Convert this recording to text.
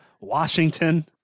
Washington